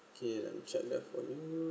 okay let me check left for you